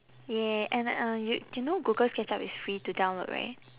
ya and uh you do you know google sketchup is free to download right